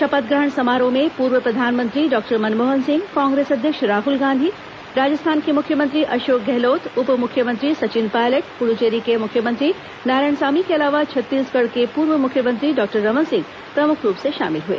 शपथ ग्रहण समारोह में पूर्व प्रधानमंत्री डॉक्टर मनमोहन सिंह कांग्रेस अध्यक्ष राहल गांधी राजस्थान के मुख्यमंत्री अशोक गहलोत उप मुख्यमंत्री सचिन पायलट पुदुचेरी के मुख्यमंत्री नारायण सामी के अलावा छत्तीसगढ़ के पूर्व मुख्यमंत्री डॉक्टर रमन सिंह प्रमुख रूप से शामिल हुए